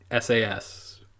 SAS